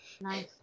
Nice